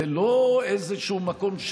זה לא איזשהו מקום,